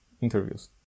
interviews